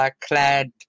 clad